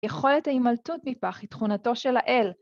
יכולת ההמלטות מפח היא תכונתו של האל.